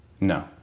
No